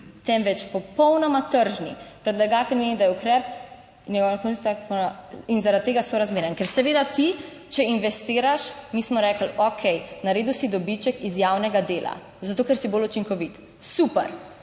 temveč popolnoma tržni. Predlagatelj meni, da je ukrep / nerazumljivo/ in zaradi tega sorazmeren. Ker seveda ti, če investiraš, mi smo rekli, okej, naredil si dobiček iz javnega dela, zato ker si bolj učinkovit, super,